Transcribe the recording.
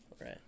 Right